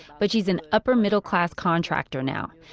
but she's an upper middle class contractor, now.